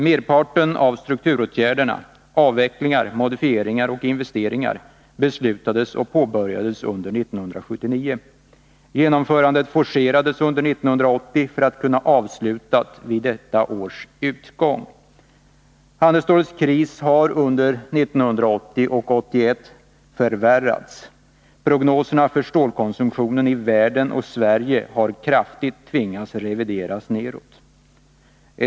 Merparten av strukturåtgärderna — avvecklingar, modifieringar och investeringar — beslutades och påbörjades under 1979. Genomförandet forcerades under 1980 för att kunna avslutas vid utgången av 1981. Handelsstålets kris har förvärrats under 1980 och 1981. Prognoserna för stålkonsumtionen i världen och i Sverige har tvingats att kraftigt reduceras nedåt.